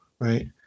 Right